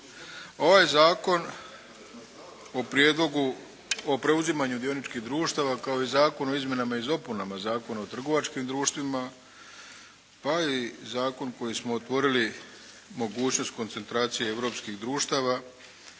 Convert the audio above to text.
Ovaj Zakon o prijedlogu, o preuzimanju dioničkih društava kao i Zakon o izmjenama i dopunama Zakona o trgovačkim društvima pa i zakon koji smo otvorili mogućnost koncentracije europskih društava